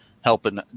helping